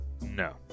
No